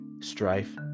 strife